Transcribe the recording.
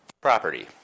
property